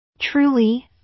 Truly